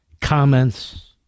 comments